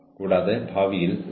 ഹാജർ പങ്ക് ന്യായമായിരിക്കണം